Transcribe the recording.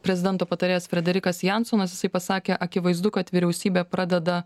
prezidento patarėjas frederikas jansonas jisai pasakė akivaizdu kad vyriausybė pradeda